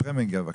פרמינגר, בבקשה.